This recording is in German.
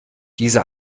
diese